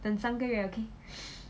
等三个月 okay